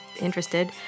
interested